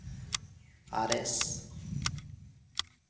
ᱟᱨᱮᱥ